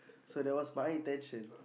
so that was my intention